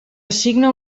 assigna